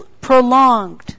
prolonged